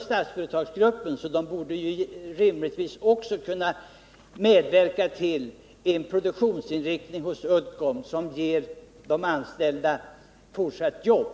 Statsföretag borde rimligtvis kunna medverka till en produktions inriktning hos Uddcomb som ger de anställda fortsatta jobb.